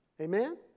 Amen